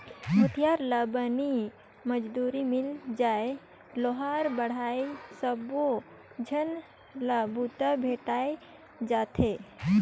भूथियार ला बनी मजदूरी मिल जाय लोहार बड़हई सबो झन ला बूता भेंटाय जाथे